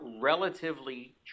relatively